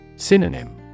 Synonym